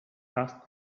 asked